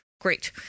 Great